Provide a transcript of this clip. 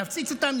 להפציץ אותם,